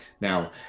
now